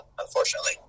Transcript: unfortunately